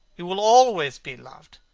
you will always be loved,